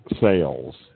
sales